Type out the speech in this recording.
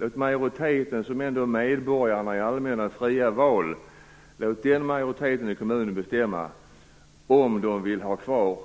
Låt majoriteten av medborgarna, som ändå har rätten att rösta i allmänna fria val, i kommunen bestämma om de vill ha kvar